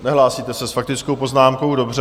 Nehlásíte se s faktickou poznámkou, dobře.